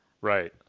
Right